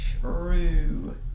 True